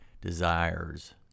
desires